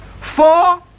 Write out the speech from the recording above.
Four